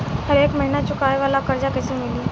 हरेक महिना चुकावे वाला कर्जा कैसे मिली?